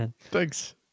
Thanks